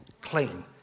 clean